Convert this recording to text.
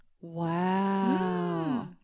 Wow